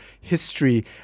history